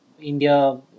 India